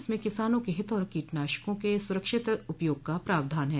इसमें किसानों के हित और कीटनाशकों के सुरक्षित उपयोग का प्रावधान है